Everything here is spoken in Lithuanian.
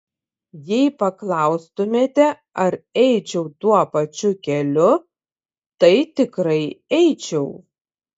jeigu paklaustumėte ar eičiau tuo pačiu keliu tai tikrai eičiau